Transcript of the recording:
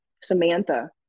Samantha